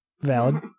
Valid